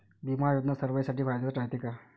बिमा योजना सर्वाईसाठी फायद्याचं रायते का?